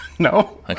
No